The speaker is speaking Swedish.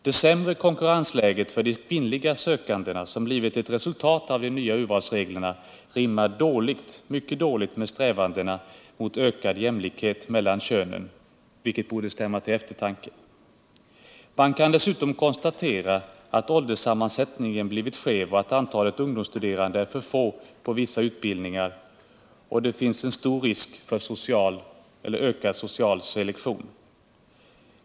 Det sämre konkurrensläget för de kvinnliga sökandena, som blivit ett resultat av de nya urvalsreglerna, rimmar mycket dåligt med strävandena mot ökad jämställdhet mellan könen, vilket borde stämma till eftertanke. Man kan dessutom konstatera att ålderssammansättningen blivit skev och att antalet ungdomsstuderande är för litet på vissa utbildningar. Det finns också en stor risk för ökad social selektion.